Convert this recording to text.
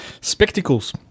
Spectacles